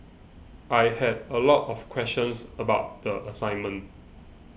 I had a lot of questions about the assignment